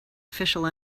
official